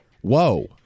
Whoa